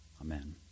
Amen